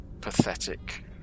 pathetic